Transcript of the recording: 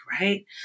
right